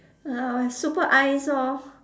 uh super eyes orh